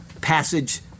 passage